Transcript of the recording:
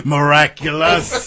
Miraculous